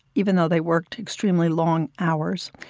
even though they worked extremely long hours.